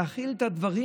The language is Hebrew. להכיל את הדברים?